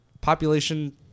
population